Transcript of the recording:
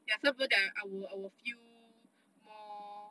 there are some girls that I will I will feel more